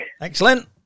Excellent